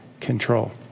control